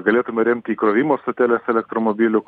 galėtume remti įkrovimo stoteles elektromobilių